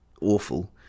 Awful